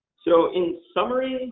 so, in summary, and